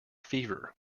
fever